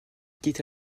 quitte